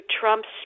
Trump's